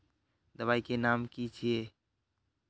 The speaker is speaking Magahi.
दबाई के नाम की छिए?